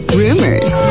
rumors